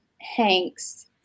Hanks